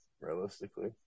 realistically